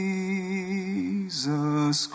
Jesus